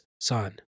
son